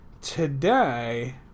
today